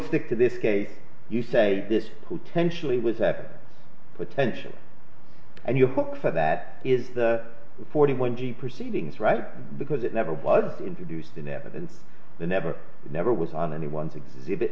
stick to this case you say this potentially would have potentially and your book for that is the forty one g proceedings right because it never was introduced in evidence the never never was on anyone's exhibit